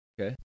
Okay